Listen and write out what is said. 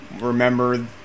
remember